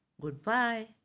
Goodbye